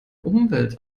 umwelt